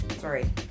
Sorry